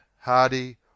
hardy